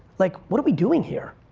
like what are we doing here?